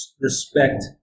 respect